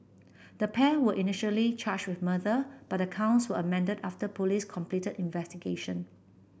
the pair were initially charged with murder but the counts were amended after police completed investigation